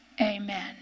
Amen